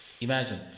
Imagine